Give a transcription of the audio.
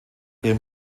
ihre